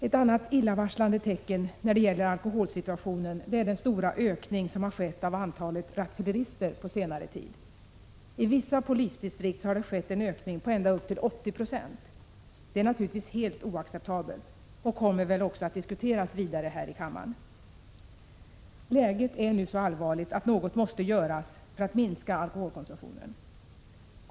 Ett annat illavarslande tecken när det gäller alkoholsituationen är den stora ökning som på senare tid har skett av antalet rattfyllerister. I vissa polisdistrikt har det skett en ökning på ända upp till 80 96. Detta är naturligtvis helt oacceptabelt och kommer väl också att diskuteras vidare här i riksdagen. Läget är nu så allvarligt att något måste göras för att minska alkoholkonsumtionen.